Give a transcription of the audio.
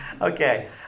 Okay